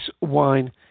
wine